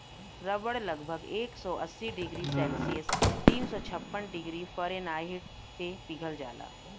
रबड़ लगभग एक सौ अस्सी डिग्री सेल्सियस तीन सौ छप्पन डिग्री फारेनहाइट पे पिघल जाला